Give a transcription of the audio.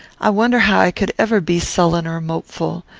i wonder how i could ever be sullen or mopeful.